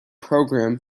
program